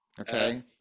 okay